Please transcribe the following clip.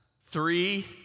three